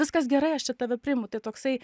viskas gerai aš čia tave priimu tai toksai